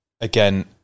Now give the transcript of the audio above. again